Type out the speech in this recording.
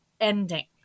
ending